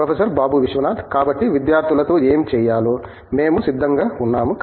professor Babu Vishwanath కాబట్టి విద్యార్థులతో ఏమి చేయాలో మేము సిద్ధంగా ఉన్నాము